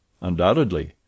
Undoubtedly